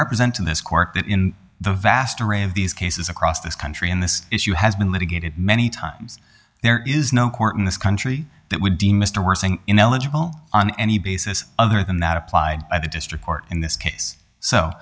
represent to this court that in the vast array of these cases across this country and this issue has been litigated many times there is no court in this country that would deem mr worsening ineligible on any basis other than that applied by the district court in this case so